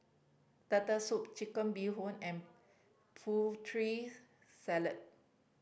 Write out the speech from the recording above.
Turtle Soup Chicken Bee Hoon and Putri Salad